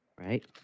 right